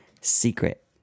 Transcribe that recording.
secret